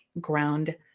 ground